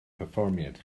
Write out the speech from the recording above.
perfformiad